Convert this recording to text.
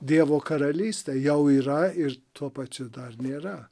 dievo karalystė jau yra ir tuo pačiu dar nėra